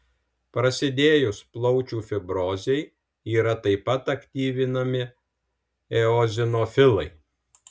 prasidėjus plaučių fibrozei yra taip pat aktyvinami eozinofilai